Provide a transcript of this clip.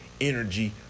energy